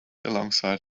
alongside